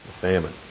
famine